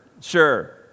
Sure